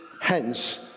hence